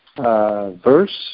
verse